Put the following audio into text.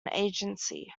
agency